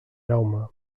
jaume